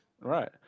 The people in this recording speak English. Right